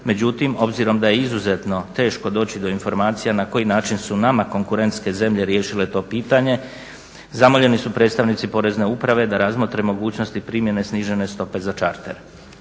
Međutim obzirom da je izuzetno teško doći do informacija na koji način su nama konkurentske zemlje riješile to pitanje, zamoljeni su predstavnici Porezne uprave da razmotre mogućnosti primjene snižene stope za čartere.